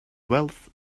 wealth